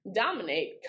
dominate